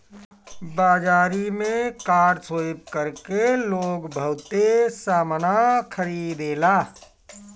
बाजारी में card swipe कर के लोग बहुते सामना खरीदेला